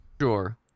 Sure